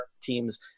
teams